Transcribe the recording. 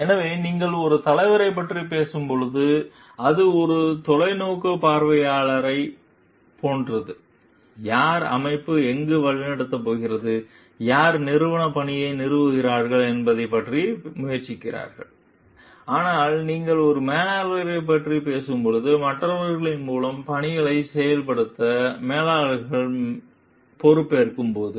எனவே நீங்கள் ஒரு தலைவரைப் பற்றி பேசும்போது அது ஒரு தொலைநோக்கு பார்வையாளரைப் போன்றது யார் அமைப்பு எங்கு வழிநடத்தப் போகிறது யார் நிறுவன பணியை நிறுவுகிறார்கள் என்பதைப் பார்க்க முயற்சிக்கிறார்கள் ஆனால் நீங்கள் ஒரு மேலாளரைப் பற்றி பேசும்போது மற்றவர்கள் மூலம் பணியைச் செயல்படுத்த மேலாளர்கள் பொறுப்பேற்கும்போது